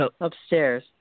upstairs